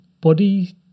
body